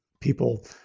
people